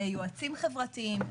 יועצים חברתיים.